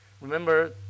Remember